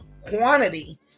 quantity